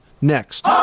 next